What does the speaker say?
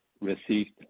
received